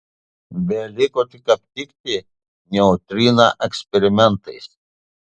beliko tik aptikti neutriną eksperimentais